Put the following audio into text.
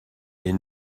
est